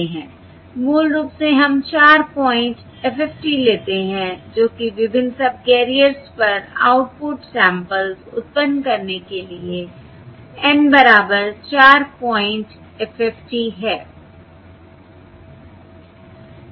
मूल रूप से हम 4 पॉइंट FFT लेते हैं जो कि विभिन्न सबकैरियर्स पर आउटपुट सैंपल्स उत्पन्न करने के लिए N बराबर 4 पॉइंट FFT है